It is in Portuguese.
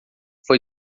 foi